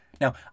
Now